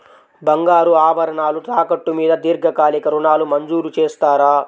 బంగారు ఆభరణాలు తాకట్టు మీద దీర్ఘకాలిక ఋణాలు మంజూరు చేస్తారా?